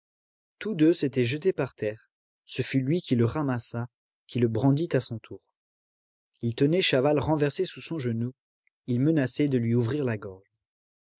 tous deux s'étaient jetés par terre ce fut lui qui le ramassa qui le brandit à son tour il tenait chaval renversé sous son genou il menaçait de lui ouvrir la gorge